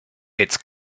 its